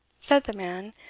said the man,